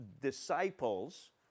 disciples